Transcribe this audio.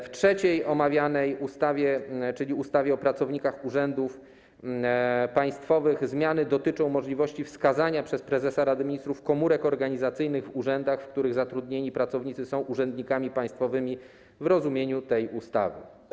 W trzeciej omawianej ustawie, czyli ustawie o pracownikach urzędów państwowych, zmiany dotyczą możliwości wskazania przez prezesa Rady Ministrów komórek organizacyjnych w urzędach, w których zatrudnieni pracownicy są urzędnikami państwowymi w rozumieniu tej ustawy.